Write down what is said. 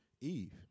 Eve